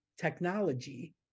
technology